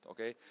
Okay